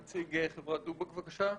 נציג "דובק", בבקשה.